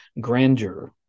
grandeur